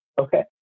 okay